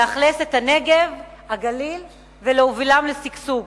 לאכלס את הנגב והגליל ולהובילם לשגשוג.